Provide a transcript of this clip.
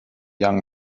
young